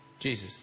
Jesus